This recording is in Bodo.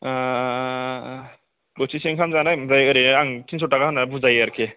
बोथिसे ओंखाम जानाय ओमफ्राइ ओरैहाय आं थिनस'थाखा होननानै बुजायो आरिखि